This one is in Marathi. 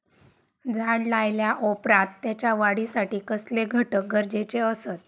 झाड लायल्या ओप्रात त्याच्या वाढीसाठी कसले घटक गरजेचे असत?